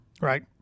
Right